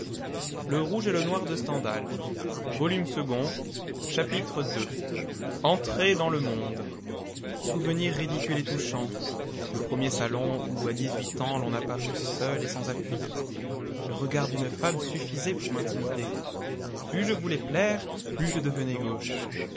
chapitre ii entrée dans le monde souvenir ridicule et touchant le premier salon où à dix-huit ans l'on a paru seul et sans appui le regard d'une femme suffisait pour m'intimider plus je voulais plaire plus je devenais gauche